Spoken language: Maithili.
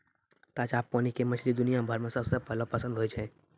ताजा पानी के मछली दुनिया भर मॅ सबके पहलो पसंद होय छै